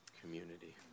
community